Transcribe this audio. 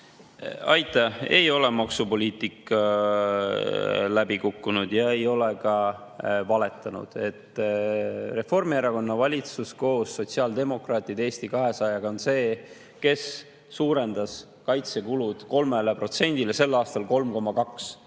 Aitäh! Ei ole maksupoliitika läbi kukkunud ja me ei ole ka valetanud. Reformierakonna valitsus koos sotsiaaldemokraatide ja Eesti 200‑ga on see, kes suurendas kaitsekulud 3%‑le, sel aastal 3,2%‑le.